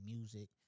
Music